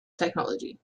technology